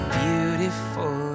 beautiful